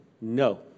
no